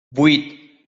vuit